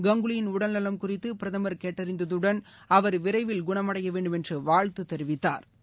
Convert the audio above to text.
கங்குலியின் உடல் நலம் குறித்து பிரதமர் கேட்டறிந்ததுடன் அவர் விரைவில் குணம் அடைய வேண்டும் என்று வாழ்த்து தெரிவித்தாா்